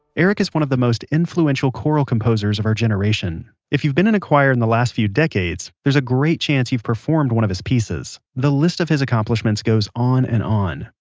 eric is one of the most influential choral composers of our generation. if you've been in a choir in the last few decades, there's a great chance you've performed one of his pieces. the list of his accomplishments goes on and on,